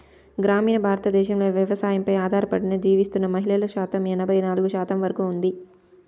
గ్రామీణ భారతదేశంలో వ్యవసాయంపై ఆధారపడి జీవిస్తున్న మహిళల శాతం ఎనబై నాలుగు శాతం వరకు ఉంది